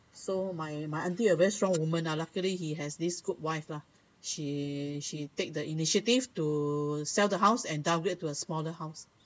so my my aunty a very strong women ah luckily he has this good wife lah she she take the initiative to sell the house and downgrade to a smaller house